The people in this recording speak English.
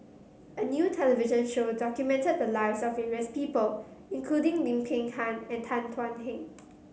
a new television show documented the lives of various people including Lim Peng Han and Tan Thuan Heng